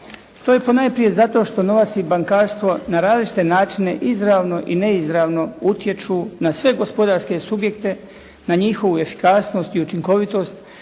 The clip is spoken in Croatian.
To je ponajprije zato što novac i bankarstvo na različite načine izravno i neizravno utječu na sve gospodarske subjekte, na njihovu efikasnost i učinkovitost,